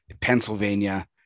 Pennsylvania